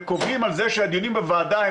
שקובלים על זה שהדיונים בוועדה הם